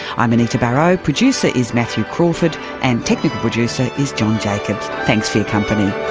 i'm anita barraud, producer is matthew crawford and technical producer is john jacobs. thanks for your company